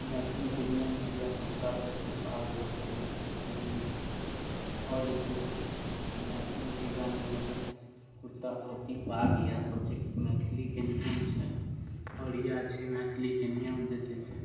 मैथिलीके नियम छी इएह कुर्ता धोती पाग इएहसभ मैथिलीके नियम छै आओर जे छै से मैथिलीके इएह नियम छै कुर्ता धोती पाग इएहसभ छै मैथिलीके नियम छै आओर इएह छै मैथिलीके नियम जे छै से